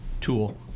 Tool